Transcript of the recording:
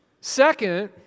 second